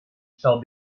shall